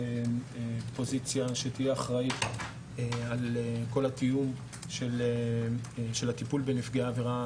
פוזיציה שתהיה אחראית על כל הטיוב של הטיפול בנפגע עבירה,